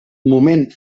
moment